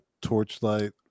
Torchlight